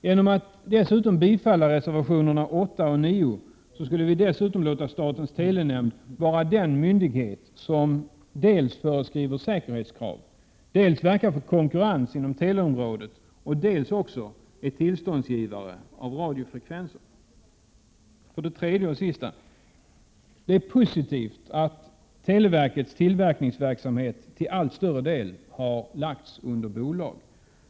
Genom att bifalla reservationerna 8 och 9 skulle vi dessutom låta statens telenämnd vara den myndighet som dels föreskriver säkerhetskrav, dels verkar för konkurrens inom teleområdet och dels också är tillståndgivare av radiofrekvenser. 3. Det är positivt att televerkets tillverkningsverksamhet till allt större del lagts under bolag.